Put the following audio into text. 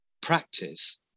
practice